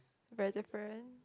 very different